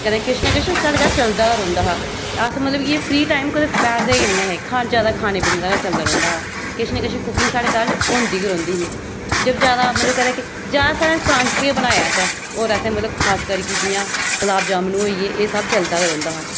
कदें किश किश ना किश साढ़े घर चलदा गै रौंह्दा हा ते अस मतलब कि फ्री टाइम कदें बैठदे गै नेईं हे जादै खाने पीने दा गै चलदा रौंह्दा हा किश ना किश कुकिंग साढ़े घर च होंदी गै रौंह्दी ही ते जादै मतलब कदें जादा साढ़ै परांठे गै बनाए असें होर असें मतलब खासकरियै कि जियां गुलाब जामुन होई गे एह् सब चलदा गै रौंह्दा हा